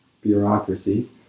bureaucracy